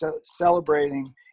celebrating